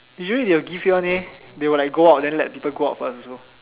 usually they will give you one eh they will like go out then let people go out first also